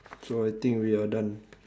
so I think we are done